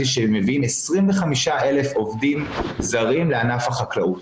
שמביאים 25,000 עובדים זרים לענף החקלאות.